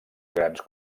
grans